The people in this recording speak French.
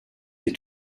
est